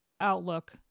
Outlook